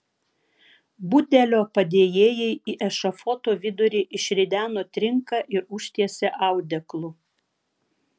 budelio padėjėjai į ešafoto vidurį išrideno trinką ir užtiesė audeklu